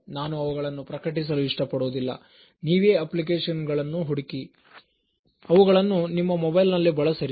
ನಾನು ಅವುಗಳನ್ನು ಪ್ರಕಟಿಸಲು ಇಷ್ಟಪಡುವುದಿಲ್ಲ ನೀವೇ ಅಪ್ಲಿಕೇಶನ್ ಗಳನ್ನು ಹುಡುಕಿರಿ ಅವುಗಳನ್ನು ನಿಮ್ಮ ಮೊಬೈಲ್ ನಲ್ಲಿ ಬಳಸಿರಿ